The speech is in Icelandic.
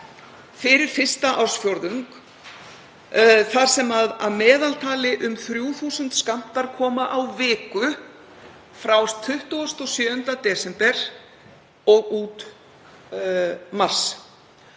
fyrir fyrsta ársfjórðung þar sem að meðaltali um 3.000 skammtar koma á viku frá 27. desember og út mars.